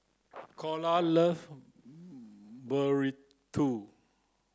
Calla loves Burrito